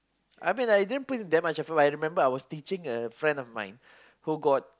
I mean I didn't put in that much effort but I remember I as teaching a friend of mine who got